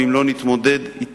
ואם אנחנו לא נתמודד אתה,